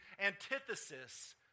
antithesis